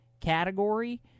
category